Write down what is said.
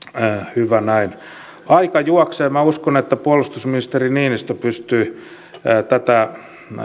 hyvä näin aika juoksee minä uskon että puolustusministeri niinistö pystyy tätä